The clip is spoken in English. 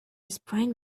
sprained